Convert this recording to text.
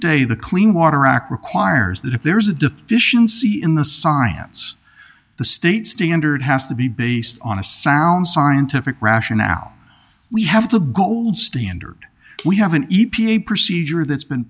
day the clean water act requires that if there is a deficiency in the science the state standard has to be based on a sound scientific rationale we have the gold standard we have an e p a procedure that's been